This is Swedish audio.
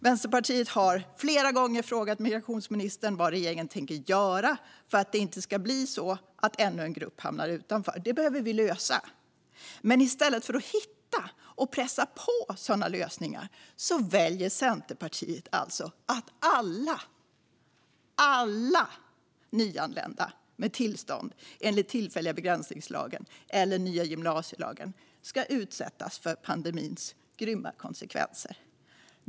Vänsterpartiet har flera gånger frågat migrationsministern vad regeringen tänker göra för inte ännu en grupp ska hamna utanför. Det behöver vi lösa. Men i stället för att hitta och pressa på för sådana lösningar väljer Centerpartiet alltså att alla - alla - nyanlända med tillstånd enligt tillfälliga begränsningslagen eller nya gymnasielagen ska utsättas för pandemins grymma konsekvenser.